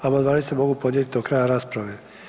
Amandmani se mogu podnijeti do kraja rasprave.